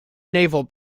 naval